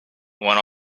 went